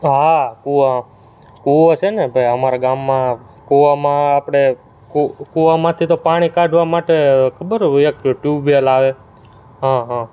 હા કૂવો કૂવો છે ને ભાઈ અમારાં ગામમાં કૂવામાં આપણે કૂવામાંથી તો પાણી કાઢવા માટે ખબર છે એક ટૂબવેલ આવે હં હં